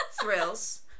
thrills